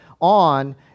on